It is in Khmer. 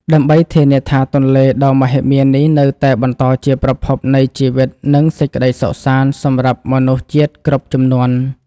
ដើម្បីធានាថាទន្លេដ៏មហិមានេះនៅតែបន្តជាប្រភពនៃជីវិត និងសេចក្ដីសុខសាន្តសម្រាប់មនុស្សជាតិគ្រប់ជំនាន់។